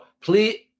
please